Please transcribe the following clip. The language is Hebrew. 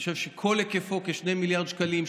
שאני חושב שכל היקפו הוא 2 מיליארד שקלים,